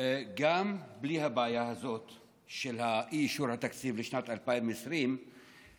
גם בלי הבעיה הזאת של אי-אישור התקציב לשנת 2020 יש